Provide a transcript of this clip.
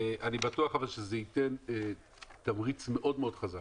אבל אני בטוח שזה כן ייתן תמריץ מאוד חזק,